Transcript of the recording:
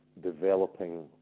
developing